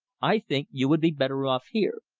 i think you would be better off here.